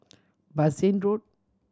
Bassein Road